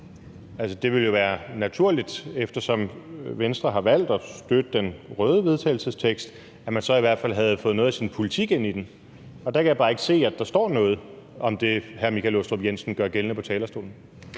Det ville jo være naturligt, eftersom Venstre har valgt at støtte det røde forslag til vedtagelse, at man så i hvert fald havde fået noget af sin politik ind i den, men jeg kan bare ikke se, at der står noget om det, hr. Michael Aastrup Jensen gør gældende på talerstolen.